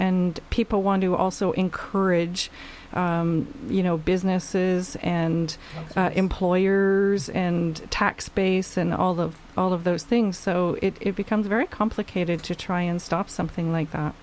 and people want to also encourage you know businesses and employers and tax base and all the all of those things so it becomes very complicated to try and stop something like